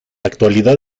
actualidad